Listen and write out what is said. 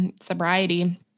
sobriety